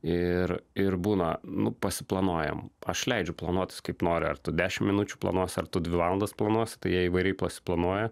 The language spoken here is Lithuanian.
ir ir būna nu pasiplanuojam aš leidžiu planuotis kaip nori ar tu dešimt minučių planuosi ar dvi valandas planuosi tai jie įvairiai pasiplanuoja